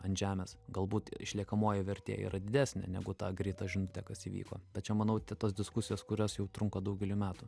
ant žemės galbūt išliekamoji vertė yra didesnė negu ta greita žinute kas įvyko tai čia manau tos diskusijos kurios jau trunka daugelį metų